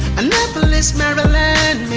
annapolis, maryland,